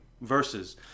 verses